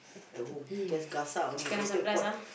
at home just gasak only everytime pot